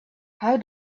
how